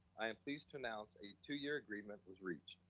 i am pleased to announce a two-year agreement was reached.